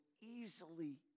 easily